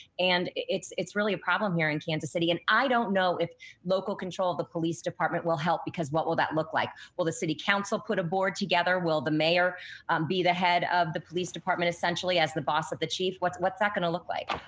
and it's it's really a problem here in kansas city. and i don't know if local control of the police department will help because what will that look like? will the city council put a board together? will the mayor be the head of the police department essentially as the boss of the chief that going to look like?